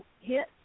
hit